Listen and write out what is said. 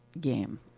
game